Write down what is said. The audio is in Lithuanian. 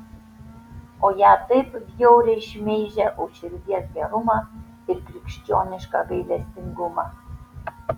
o ją taip bjauriai šmeižia už širdies gerumą ir krikščionišką gailestingumą